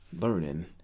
learning